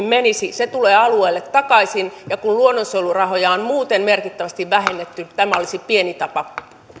menisi se tulee alueelle takaisin ja kun luonnonsuojelurahoja on muuten merkittävästi vähennetty tämä olisi pieni tapa